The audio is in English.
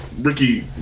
Ricky